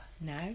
now